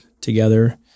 together